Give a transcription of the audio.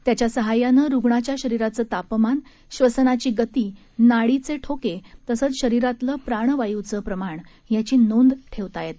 त्याच्या सहाय्यानं रुग्णाच्या शरीराचं तापमान श्वसनाची गती नाडीचे ठोके तसंच शरीरातलं प्राणवायुचं प्रमाण याची नोंद ठेवता येते